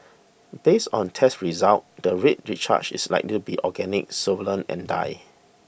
based on test results the red discharge is likely to be organic solvent and dye